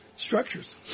Structures